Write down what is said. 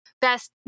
best